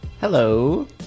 Hello